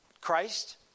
Christ